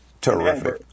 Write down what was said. Terrific